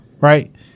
right